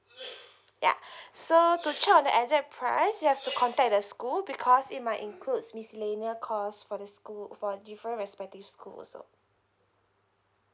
yeah so to check on the exact price you have to contact the school because it might include miscellaneous cost for the school for different respective school also